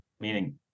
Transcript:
meaning